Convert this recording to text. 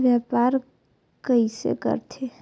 व्यापार कइसे करथे?